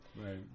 Right